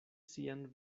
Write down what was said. sian